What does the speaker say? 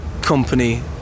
company